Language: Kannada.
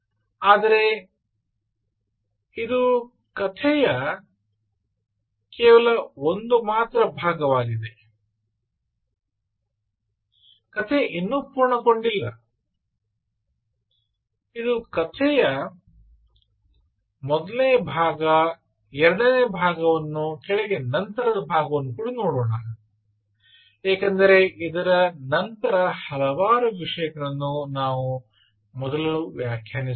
ಆದರೆ ಇದು ಕಥೆಯ ಒಂದು ಭಾಗವಾಗಿದೆ ಕಥೆ ಇನ್ನೂ ಪೂರ್ಣಗೊಂಡಿಲ್ಲ ಇದು ಕಥೆಯ ಮೊದಲ ಭಾಗವು ಎರಡನೆಯ ಭಾಗವನ್ನು ಕೆಳಗೆ ನಂತರ ನೋಡೋಣ ಏಕೆಂದರೆ ಇದರ ನಂತರದ ಹಲವು ವಿಷಯಗಳನ್ನು ನಾವು ಮೊದಲು ವ್ಯಾಖ್ಯಾನಿಸುತ್ತೇವೆ